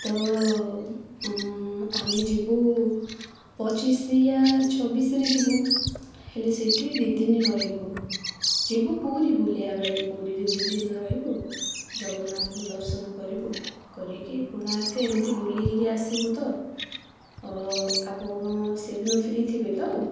ତ ଆମେ ଯିବୁ ପଚିଶ ୟା ଛବିଶରେ ଯିବୁ ହେଲେ ସେଇଠି ଦୁଇ ଦିନି ରହିବୁ ଯିବୁ ପୁରୀ ବୁଲିବା ପାଇଁ ପୁରୀରେ ଦୁଇ ଦିନ ରହିବୁ ଜଗନ୍ନାଥଙ୍କୁ ଦର୍ଶନ କରିବୁ କରିକି କୋଣାର୍କ ଏମିତି ବୁଲିକିରି ଆସିବୁ ତ ଆପଣ ସେଦିନ ଫ୍ରି ଥିବେ ତ